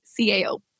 CAO